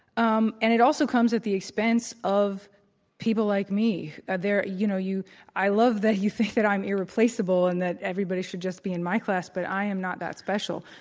um and it also comes at the expense of people like me. there you know, you i love that you think that i'm irreplaceable and that everybody should just be in my class, but i am not that special.